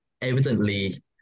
evidently